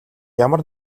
ямар